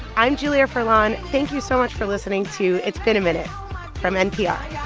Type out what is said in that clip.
i'm julia furlan. thank you so much for listening to it's been a minute from npr